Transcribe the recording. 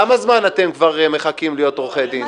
כמה זמן אתם כבר מחכים להיות עורכי דין?